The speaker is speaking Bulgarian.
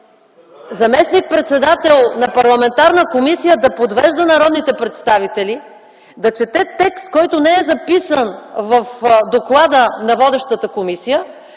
заместник-председател на парламентарна комисия да подвежда народните представители, да чете текст, който не е записан в доклада на водещата комисия